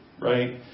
right